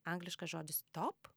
angliškas žodis top